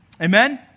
Amen